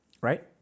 Right